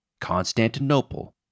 Constantinople